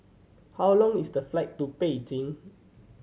how long is the flight to Beijing